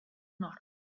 nord